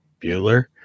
Bueller